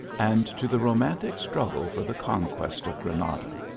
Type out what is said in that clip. and to the romantic struggle for the conquest of granada.